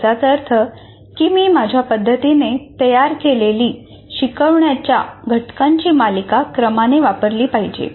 याचाच अर्थ मी माझ्या पद्धतीने तयार केलेली शिकवण्याच्या घटकांची मालिका क्रमाने वापरली पाहिजे